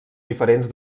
diferents